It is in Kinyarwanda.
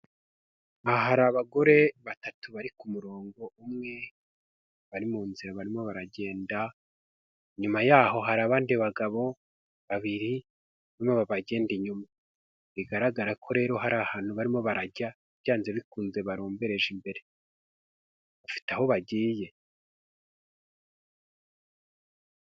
Aha hari abagore batatu bari ku mu rongo umwe, bari mu nzira barimo baragenda, inyuma yaho hari abandi bagabo babiri, barimo babagenda inyuma, bigaragara ko rero hari ahantu barimo barajya, byanze bikunze barombereje imbere, bafite aho bagiye.